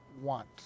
want